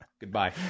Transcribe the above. Goodbye